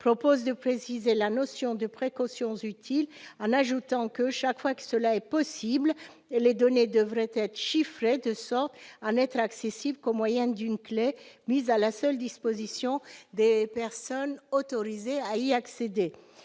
LR, tend à préciser la notion de « précautions utiles », en ajoutant que, chaque fois que cela est possible, les données devraient être chiffrées afin de n'être accessibles qu'au moyen d'une clef mise à la seule disposition des personnes autorisées à y accéder.